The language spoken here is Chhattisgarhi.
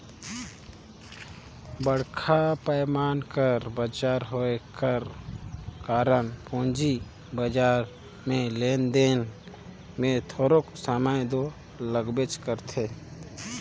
बड़खा पैमान कर बजार होए कर कारन पूंजी बजार में लेन देन में थारोक समे दो लागबेच करथे